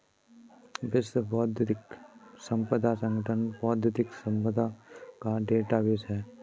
विश्व बौद्धिक संपदा संगठन बौद्धिक संपदा का डेटाबेस है